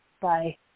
Bye